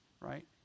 Right